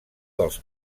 dels